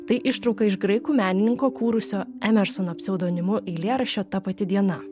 tai ištrauka iš graikų menininko kūrusio emersono pseudonimu eilėraščio ta pati diena